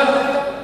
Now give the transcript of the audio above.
אל תיתן לו דקה.